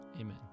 Amen